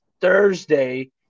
Thursday